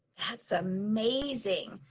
that's amazing.